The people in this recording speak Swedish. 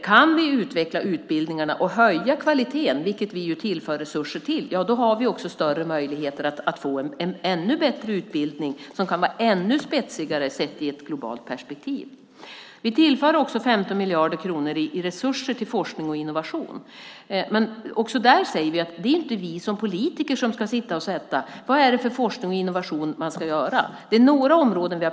Kan vi utveckla utbildningarna och höja kvaliteten, vilket vi tillför resurser för, har vi också större möjligheter att få en ännu bättre utbildning som kan vara ännu spetsigare i ett globalt perspektiv. Vi tillför också 15 miljarder kronor i resurser för forskning och innovation. Men också där säger vi att det inte är vi som politiker som ska sitta och säga vad det är för forskning och innovation man ska göra. Vi har pekat ut några områden.